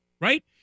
right